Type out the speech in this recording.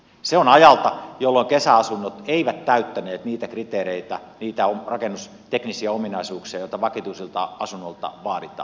se on ajalta jolloin kesäasunnot eivät täyttäneet niitä kriteereitä niitä rakennusteknisiä ominaisuuksia joita vakituisilta asunnoilta vaaditaan